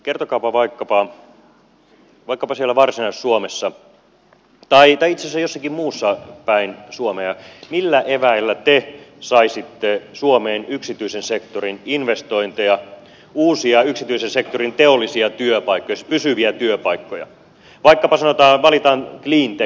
kertokaapa vaikkapa siellä varsinais suomessa tai itse asiassa jossakin muualla päin suomea millä eväillä te saisitte suomeen yksityisen sektorin investointeja uusia yksityisen sektorin teollisia työpaikkoja siis pysyviä työpaikkoja valitaan vaikkapa cleantech toimialaksi